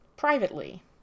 Privately